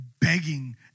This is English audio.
begging